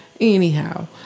Anyhow